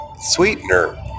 sweetener